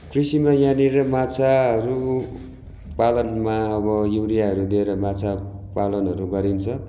कृषिमा यहाँनिर माछाहरू पालनमा अब युरियाहरू दिएर माछा पालनहरू गरिन्छ